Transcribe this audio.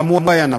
גם הוא היה נבוך,